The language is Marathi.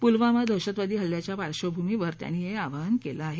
पुलवमा दहशतवादी हल्ल्याच्या पार्श्वभूमीवर त्यांनी हे आवाहन केलं आहे